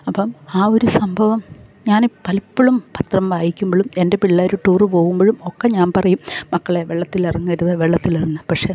അപ്പം ആ ഒരു സംഭവം ഞാന് പലപ്പൊഴും പത്രം വായിക്കുമ്പളും എൻ്റെ പിള്ളാര് ടൂറ് പോകുമ്പഴും ഒക്കെ ഞാൻ പറയും മക്കളെ വെള്ളത്തിൽ ഇറങ്ങരുത് വെള്ളത്തിൽ ഇറങ്ങാം പക്ഷേ